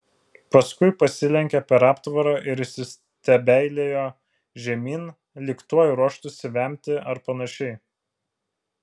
paskui pasilenkė per aptvarą ir įsistebeilijo žemyn lyg tuoj ruoštųsi vemti ar panašiai